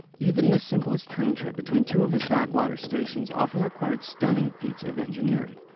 even the simplest train trip between two of his backwater stations often required stunning feats of engineering.